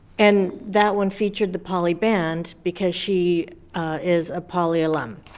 and that one featured the poly band because she is a poly alum.